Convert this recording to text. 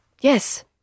Yes